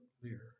clear